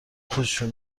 خوششون